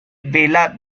vela